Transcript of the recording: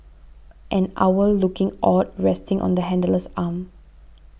an owl looking awed resting on the handler's arm